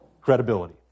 credibility